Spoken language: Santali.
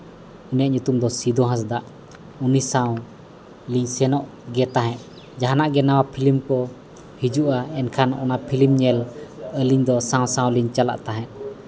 ᱩᱱᱤᱭᱟᱜ ᱧᱩᱛᱩᱢ ᱫᱚ ᱥᱤᱫᱩ ᱦᱟᱸᱥᱫᱟᱜ ᱩᱱᱤ ᱥᱟᱶᱞᱤᱧ ᱥᱮᱱᱚᱜ ᱜᱮ ᱛᱟᱦᱮᱸᱫ ᱡᱟᱦᱟᱱᱟᱜ ᱜᱮ ᱱᱟᱣᱟ ᱯᱷᱞᱤᱢ ᱠᱚ ᱦᱤᱡᱩᱜᱼᱟ ᱮᱱᱠᱷᱟᱱ ᱚᱱᱟ ᱯᱷᱞᱤᱢ ᱧᱮᱞ ᱟᱹᱞᱤᱧ ᱫᱚ ᱥᱟᱶᱼᱟᱶᱞᱤᱧ ᱪᱟᱞᱟᱜ ᱛᱟᱦᱮᱸᱫ